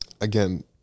again